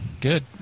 good